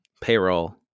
payroll